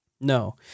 No